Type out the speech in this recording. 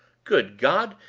good god!